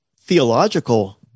theological